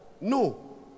no